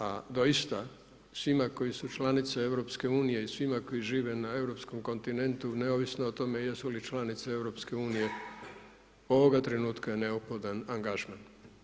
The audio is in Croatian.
A doista svima koji su članice EU i svima koji žive na europskom kontinentu, neovisno o tome jesu li članice EU, ovoga trenutka je neophodan angažman.